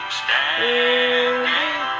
standing